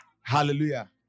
Hallelujah